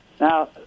now